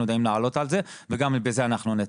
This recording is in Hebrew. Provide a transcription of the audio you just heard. יודעים לעלות וגם בזה אנחנו נטפל.